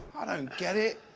i don't get it.